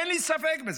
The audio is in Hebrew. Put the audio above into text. אין לי ספק בזה.